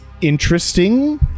interesting